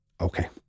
Okay